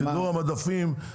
סידור המדפים,